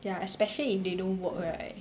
ya especially if they don't work right